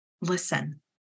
listen